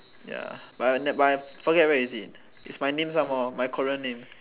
ya but I forget where is it it's my name some more my Korea name